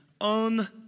on